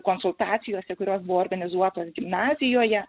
konsultacijose kurios buvo organizuotos gimnazijoje